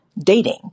dating